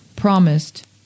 promised